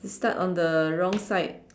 to start on the wrong side